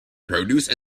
produce